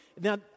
Now